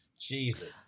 Jesus